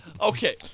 Okay